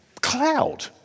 cloud